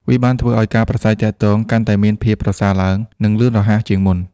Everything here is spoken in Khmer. វាបានធ្វើឲ្យការប្រាស្រ័យទាក់ទងកាន់តែមានភាពប្រសើរឡើង និងលឿនរហ័សជាងមុន។